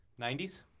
90s